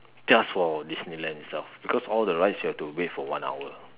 just for Disneyland itself because all the rides you have to wait for one hour